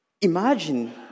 Imagine